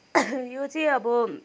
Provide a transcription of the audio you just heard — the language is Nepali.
यो चाहिँ अब